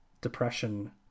Depression